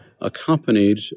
accompanied